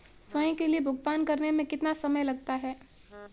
स्वयं के लिए भुगतान करने में कितना समय लगता है?